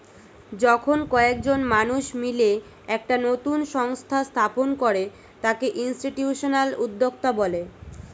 যখন কয়েকজন মানুষ মিলে একটা নতুন সংস্থা স্থাপন করে তাকে ইনস্টিটিউশনাল উদ্যোক্তা বলে